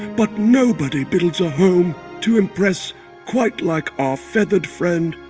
but nobody builds a room to impress quite like our feathered friend,